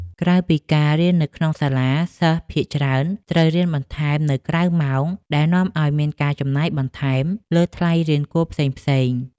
ក្រៅពីការរៀននៅក្នុងសាលា សិស្សភាគច្រើនត្រូវរៀនបន្ថែមនៅក្រៅម៉ោងដែលនាំឱ្យមានការចំណាយបន្ថែមលើថ្លៃរៀនគួរផ្សេងៗ។